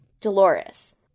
Dolores